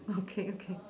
okay okay